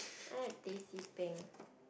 I like teh c peng